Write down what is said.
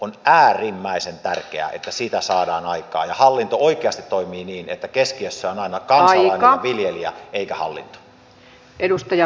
on äärimmäisen tärkeää että sitä saadaan aikaan ja hallinto oikeasti toimii niin että keskiössä on aina kansalainen ja viljelijä eikä hallinto